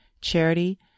charity